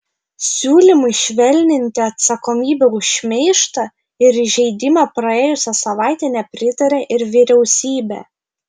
siūlymui švelninti atsakomybę už šmeižtą ir įžeidimą praėjusią savaitę nepritarė ir vyriausybė